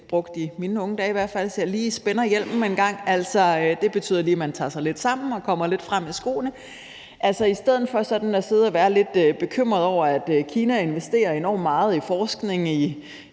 fald i mine unge dage – lige spænder hjelmen en gang, og det betyder, at man tager sig lidt sammen, og kommer lidt frem i skoene. I stedet for at sidde og være lidt bekymret over, at Kina investerer enormt meget i forskning i